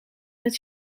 het